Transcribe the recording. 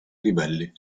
ribelli